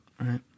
Right